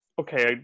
okay